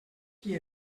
qui